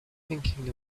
thinking